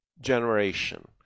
generation